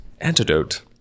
antidote